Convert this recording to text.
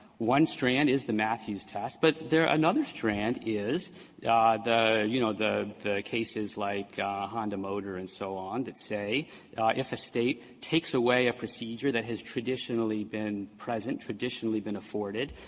one strand is the mathews test. but there another strand is the you know, the cases like honda motor and so on that say if a state takes away a procedure that has traditionally been present, traditionally been afforded,